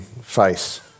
face